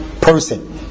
person